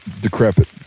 decrepit